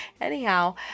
Anyhow